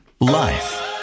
Life